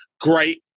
great